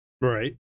right